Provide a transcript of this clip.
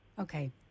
Okay